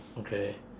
okay